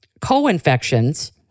co-infections